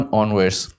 onwards